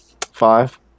Five